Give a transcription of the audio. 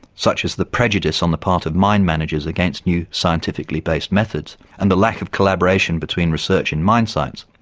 such as the prejudice on the part of mine managers against new scientifically-based methods and the lack of collaboration between research in mine sites,